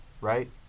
right